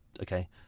okay